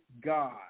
God